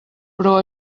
però